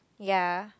ya